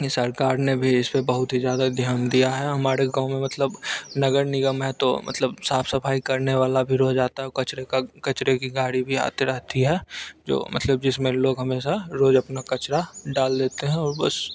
ये सरकार ने भी इसपे बहुत ही ज़्यादा ध्यान दिया है हमारे गाँव में मतलब नगर निगम है तो मतलब साफ़ सफ़ाई करने वाला भी रोज़ आता है और कचरे का कचरा की गाड़ी भी आते रहती है जो मतलब जिसमें लोग हमेशा रोज़ अपना कचरा डाल लेते हैं और बस